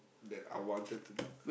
that I wanted to do